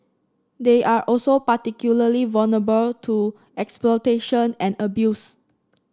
they are also particularly vulnerable to exploitation and abuse